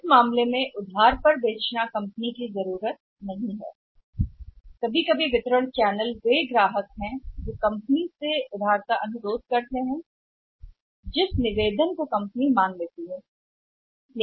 उस मामले में क्रेडिट बेचने पर कंपनी की आवश्यकता नहीं है कभी कभी वितरण चैनल वे ग्राहक हैं जो उस क्रेडिट का अनुरोध करते हैं जिसे कंपनी जमा कर सकती है निवेदन